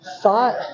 thought